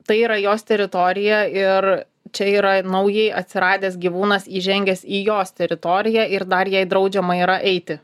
tai yra jos teritorija ir čia yra naujai atsiradęs gyvūnas įžengęs į jos teritoriją ir dar jai draudžiama yra eiti